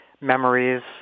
memories